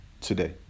today